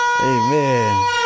Amen